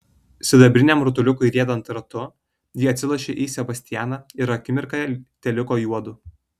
sidabriniam rutuliukui riedant ratu ji atsilošė į sebastianą ir akimirką teliko juodu